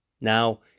Now